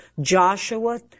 Joshua